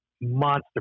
monster